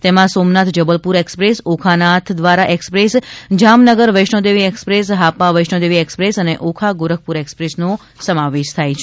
તેમાં Somnath Jabalpur express Okha Nathdwara express Jamnagar Vaishnodevi express Hapa Vaishnodevi express અને ઓખા ગોરખપુર એક્સપ્રેસનો સમાવેશ થાય છે